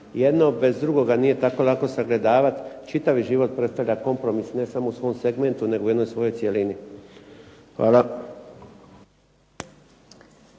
Jedno bez drugoga nije tako lako sagledavat. Čitav život predstavlja kompromis, ne samo u svom segmentu nego u jednoj svojoj cjelini. Hvala.